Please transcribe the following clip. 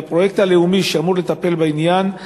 הפרויקט הלאומי אמור לטפל בעניין,